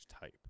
type